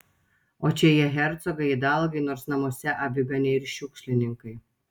o čia jie hercogai idalgai nors namuose aviganiai ir šiukšlininkai